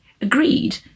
agreed